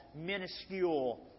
minuscule